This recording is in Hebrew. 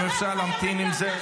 אם אפשר להמתין עם זה.